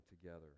together